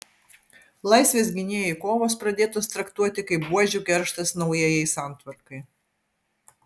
laisvės gynėjų kovos pradėtos traktuoti kaip buožių kerštas naujajai santvarkai